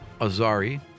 Azari